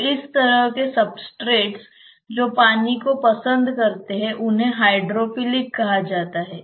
तो इस तरह के सबस्ट्रेट्स जो पानी को पसंद करते हैं उन्हें हाइड्रोफिलिक कहा जाता है